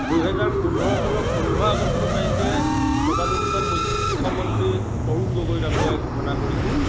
দুহেজাৰ পোন্ধৰ চনৰ পোন্ধৰ আগষ্ট তাৰিখে তদানীন্তন মুখ্যমন্ত্ৰী তৰুণ গগৈ ডাঙৰীয়াই ঘোষণা কৰিছিল